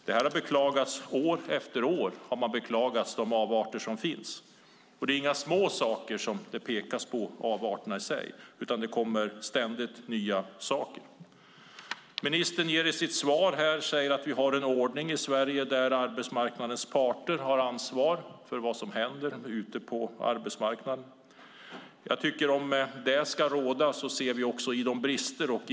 År efter år har man beklagat de avarter som finns. Och det är inga små avarter som det pekas på, utan det kommer ständigt nya saker. Ministern säger i sitt svar att vi har en ordning i Sverige där arbetsmarknadens parter har ansvar för vad som händer ute på arbetsmarknaden. Även om det ska råda ser vi brister.